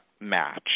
match